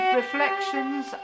reflections